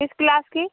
किस क्लास कि